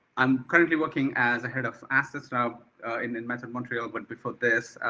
i'm currently working as a head of assets now in in metro montreal. but before this,